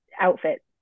outfit